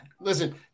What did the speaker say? listen